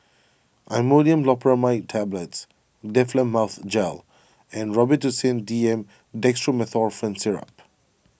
Imodium Loperamide Tablets Difflam Mouth Gel and Robitussin D M Dextromethorphan Syrup